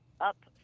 up